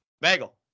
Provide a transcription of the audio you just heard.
Bagel